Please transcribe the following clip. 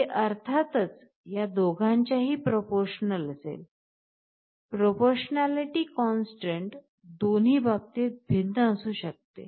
हे अर्थातच या दोघांच्याही प्रोपोरशनल असेल प्रोपोरशनालिटी कांस्टेंट दोन्ही बाबतीत भिन्न असू शकते